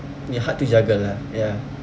it hard to juggle ah ya